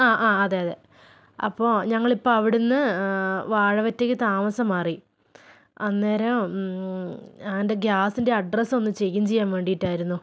ആ ആ അതെ അതെ അപ്പോൾ ഞങ്ങളിപ്പോൾ അവിടെ നിന്ന് വാഴവറ്റയ്ക്ക് താമസം മാറി അന്നേരം എൻ്റെ ഗ്യാസിൻ്റെ അഡ്രസൊന്ന് ചേഞ്ച് ചെയ്യാൻ വേണ്ടിയിട്ടായിരുന്നു